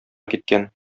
киткән